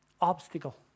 obstacle